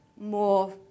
more